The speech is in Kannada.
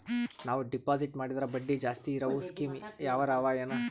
ನಾವು ಡೆಪಾಜಿಟ್ ಮಾಡಿದರ ಬಡ್ಡಿ ಜಾಸ್ತಿ ಇರವು ಸ್ಕೀಮ ಯಾವಾರ ಅವ ಏನ?